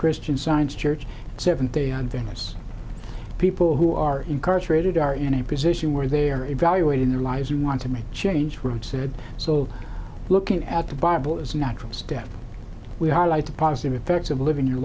christian science church seventh day on things people who are incarcerated are in a position where they are evaluating their lives who want to make change room said so looking at the bible is natural step we highlight the positive effects of living your